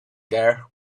there